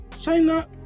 China